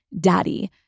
daddy